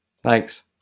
thanks